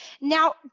now